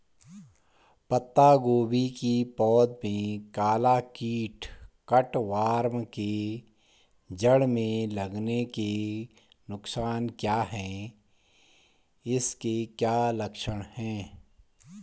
पत्ता गोभी की पौध में काला कीट कट वार्म के जड़ में लगने के नुकसान क्या हैं इसके क्या लक्षण हैं?